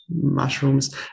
mushrooms